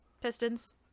Pistons